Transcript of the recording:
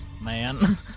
man